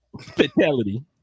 fatality